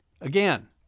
again